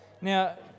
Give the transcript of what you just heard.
Now